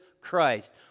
Christ